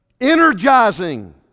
energizing